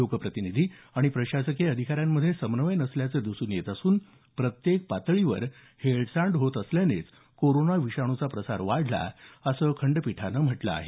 लोकप्रतिनिधी आणि प्रशासकीय अधिकाऱ्यांमध्ये समन्वय नसल्याचं दिसून येत असून प्रत्येक पातळीवर हेळसांड होत असल्यानेच कोरोना विषाणूचा प्रसार वाढला असं खंडपीठानं म्हटलं आहे